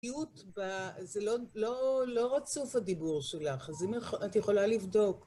זה לא רצוף הדיבור שלך, אז אם את יכולה לבדוק.